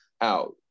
out